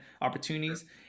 opportunities